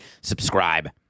subscribe